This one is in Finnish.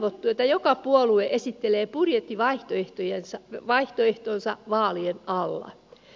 otto joka puolue esitteleepohja kivan keittiössä vaihtoehtonsa vaalien alla